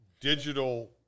digital